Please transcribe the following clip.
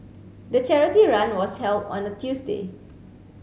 the charity run was held on a Tuesday